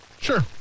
Sure